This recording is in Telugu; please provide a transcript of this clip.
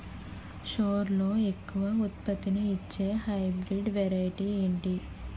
సోరలో ఎక్కువ ఉత్పత్తిని ఇచే హైబ్రిడ్ వెరైటీ ఏంటి?